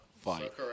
Fight